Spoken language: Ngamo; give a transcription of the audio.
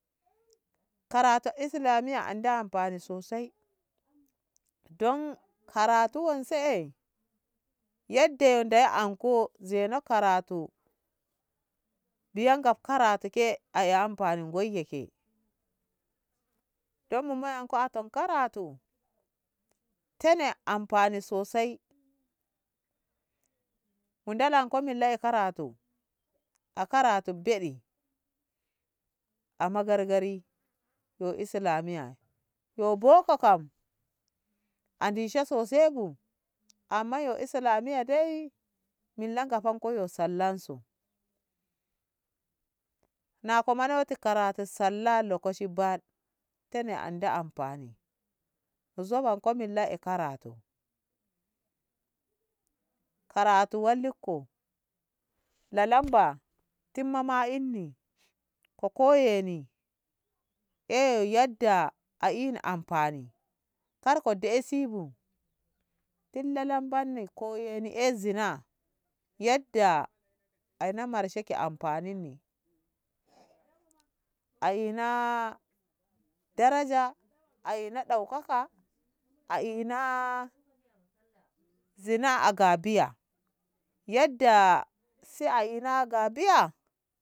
karatu Islamiya andi anfani sosai don karatu wao se'e yadda dei anko zeno karatu biya gab karatu ke e anfani ngoye ke ai mu mon ko atom karatu tene anfani sosai mu ɗalanko milla e karatu a karatu beɗe a magargari yo Islamiyya yo boko kam a ndishe so sai bu amma yo islamiyya dei milla ngafanko yo Sallah su na ko monoti karatu sallah lokashi baɗ nzoban ko milla e karatu karatu walliko lalamba timmam inni ko koye ni eye yadda a ina anfani karko dai se bu tin lalamba ni koyeni eh zini yadda ana marshe ki anfanini a ina daraja a ina daukaka a ina zina a ga biya yadda sai a ina ga biya